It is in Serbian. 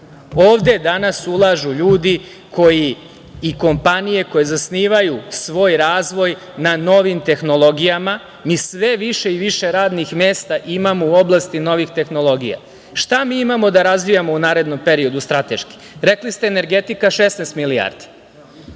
Ovde danas ulažu ljudi i kompanije koje zasnivaju svoj razvoj na novim tehnologijama. Mi sve više i više radnih mesta imamo u oblasti novih tehnologija. Šta mi imamo da razvijamo u narednom periodu strateški? Rekli ste energetika 16 milijardi.